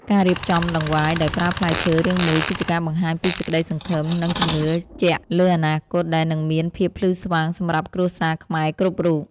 ការរៀបចំដង្វាយដោយប្រើផ្លែឈើរាងមូលគឺជាការបង្ហាញពីសេចក្តីសង្ឃឹម និង ជំនឿជាក់លើអនាគតដែលនឹងមានភាពភ្លឺស្វាងសម្រាប់គ្រួសារខ្មែរគ្រប់រូប។